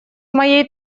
моей